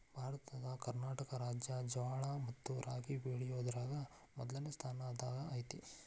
ಭಾರತದ ಕರ್ನಾಟಕ ರಾಜ್ಯ ಜ್ವಾಳ ಮತ್ತ ರಾಗಿ ಬೆಳಿಯೋದ್ರಾಗ ಮೊದ್ಲನೇ ಸ್ಥಾನದಾಗ ಐತಿ